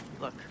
Look